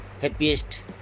happiest